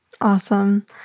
Awesome